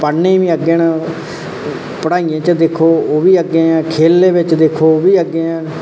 पढ़ने बी अग्गै न पढ़ाइयें च दिक्खो ओह्बी अग्गें तां खेलें बिच दिक्खो ओह्बी अग्गै